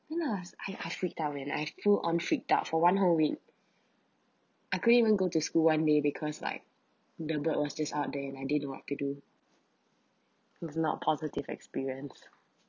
you know I was I I freaked out when I feel on freaked out for one whole week I couldn't even go to school one day because like the bird was just out there and I didn't know what to do is not positive experience